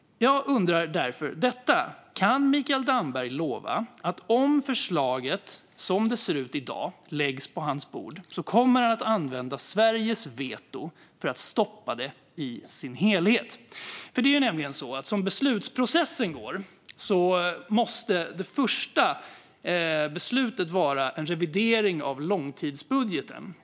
Jag undrar därför detta: Kan Mikael Damberg lova att han, om förslaget som det ser ut i dag läggs på hans bord, kommer att använda Sveriges veto för att stoppa det i sin helhet? Det är nämligen så att som beslutsprocessen går måste det första beslutet vara en revidering av långtidsbudgeten.